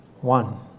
one